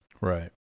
Right